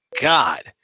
God